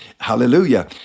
Hallelujah